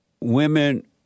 women